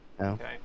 Okay